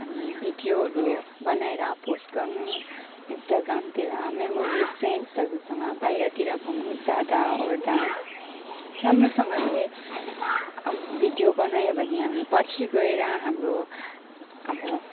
अनि भिडियोहरू बनाएर पोस्ट गर्नु इन्स्टाग्रामतिर मेमोरिस फ्रेन्ड्सहरूसँग बाहिरतिर घुम्नु जाँदावर्दा राम्रोसँगले अब भिडियो बनायो भने हामीले पछि गएर हाम्रो अब